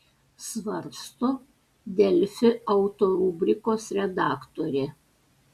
svarsto delfi auto rubrikos redaktorė